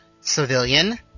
Civilian